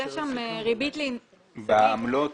סעיף 14. בעמלות